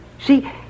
See